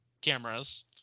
cameras